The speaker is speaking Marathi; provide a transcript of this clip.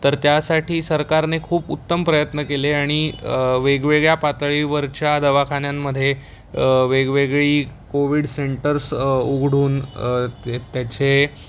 तर त्यासाठी सरकारने खूप उत्तम प्रयत्न केले आणि वेगवेगळ्या पातळीवरच्या दवाखान्यांमधे वेगवेगळी कोविड सेन्टर्स उघडून ते त्याचे